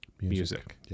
music